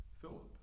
Philip